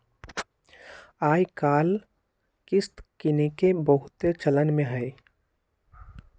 याजकाल किस्त किनेके बहुते चलन में हइ